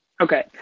Okay